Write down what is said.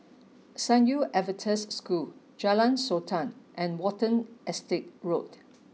San Yu Adventist School Jalan Sultan and Watten Estate Road